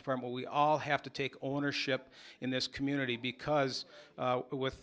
department we all have to take ownership in this community because with